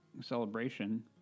celebration